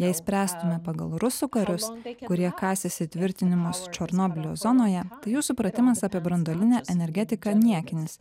jei spręstume pagal rusų karius kurie kasėsi tvirtinimus černobylio zonoje jų supratimas apie branduolinę energetiką niekinis